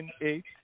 eight